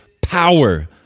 power